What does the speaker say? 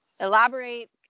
elaborate